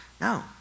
No